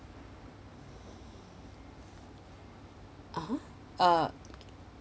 (uh huh) uh